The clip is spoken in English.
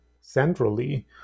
centrally